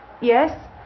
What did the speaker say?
Yes